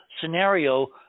scenario